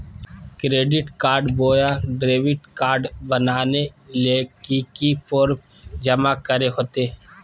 Credit card बोया debit card बनाने ले की की फॉर्म जमा करे होते?